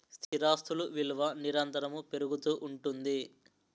స్థిరాస్తులు విలువ నిరంతరము పెరుగుతూ ఉంటుంది